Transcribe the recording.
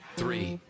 three